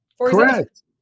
Correct